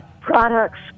products